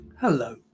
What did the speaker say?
Hello